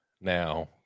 Now